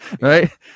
right